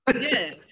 yes